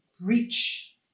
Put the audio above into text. reach